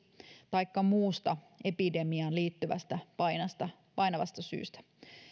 taikka muusta epidemiaan liittyvästä painavasta painavasta syystä